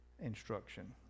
instruction